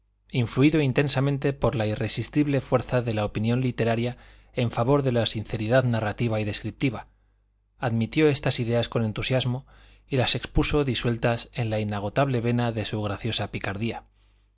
influido intensamente por la irresistible fuerza de opinión literaria en favor de la sinceridad narrativa y descriptiva admitió estas ideas con entusiasmo y las expuso disueltas en la inagotable vena de su graciosa picardía